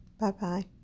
Bye-bye